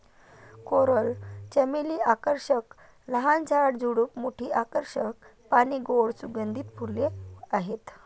coral चमेली आकर्षक लहान झाड, झुडूप, मोठी आकर्षक पाने, गोड सुगंधित फुले आहेत